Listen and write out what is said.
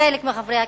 חלק מחברי הכנסת,